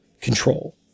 control